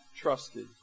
trusted